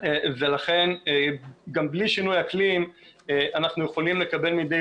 ולכן גם בלי שינוי אקלים אנחנו יכולים לקבל מדי